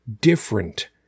different